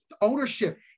ownership